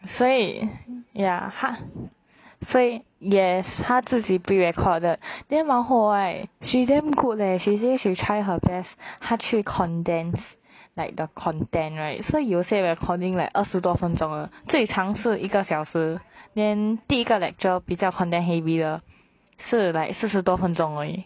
所以 ya 她所以 yes 她自己 pre-record 的 then 然后 right she damn good leh she say she try her best 她去 condense like the content right so 有些 recording like 二十多分钟的最长是一个小时 then 第一个 lecture 比较 content heavy 的是 like 四十多分钟而已